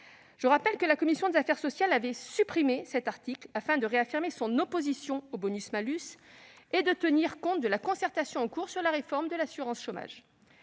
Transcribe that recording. Je rappelle que la commission des affaires sociales avait supprimé cet article afin de réaffirmer son opposition au bonus-malus et de tenir compte de la concertation en cours sur la réforme de l'assurance chômage.